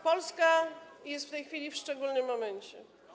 Polska jest w tej chwili w szczególnym momencie.